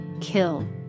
kill